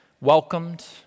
welcomed